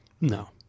No